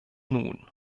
nun